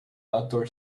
outdoor